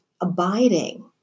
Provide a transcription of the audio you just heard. abiding